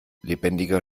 lebendiger